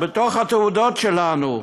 בתוך התעודות שלנו,